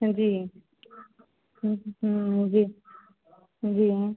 जी जी जी